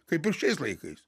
kaip ir šiais laikais